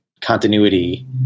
continuity